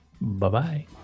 bye-bye